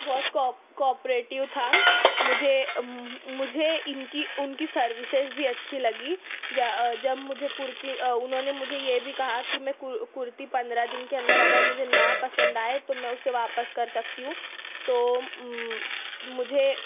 بہت کوپریٹیو تھا مجھے مجھے اِن کی اُن کی سروسز بھی اچھی لگی جب مجھے کُرتی اُنہوں نے مجھے یہ بھی کہا کہ میں کُرتی پندرہ دِن کے اندر اگر مجھے نہ پسند آئے تو میں اُسے واپس کر سکتی ہوں تو مجھے